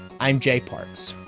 i'm jay parks.